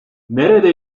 nerede